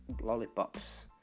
lollipops